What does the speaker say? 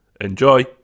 Enjoy